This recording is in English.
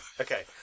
Okay